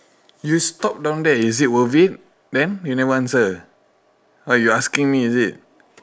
you stop down there is it worth it then you never answer what you asking me is it